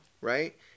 right